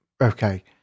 okay